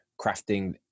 crafting